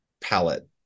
palette